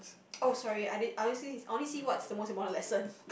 oh sorry I did I only see his I only see what's the most important lesson